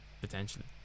potentially